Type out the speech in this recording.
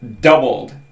doubled